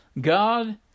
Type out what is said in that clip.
God